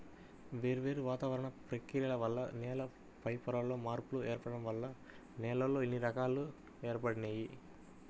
వేర్వేరు వాతావరణ ప్రక్రియల వల్ల నేల పైపొరల్లో మార్పులు ఏర్పడటం వల్ల నేలల్లో ఇన్ని రకాలు ఏర్పడినియ్యి